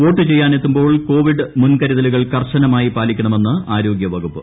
vote ചെയ്യാൻ എത്തുമ്പോൾ Covid മുൻകരുതലുകൾ കർശനമായി പാലിക്കണമെന്ന് ആരോഗ്യവകുപ്പ്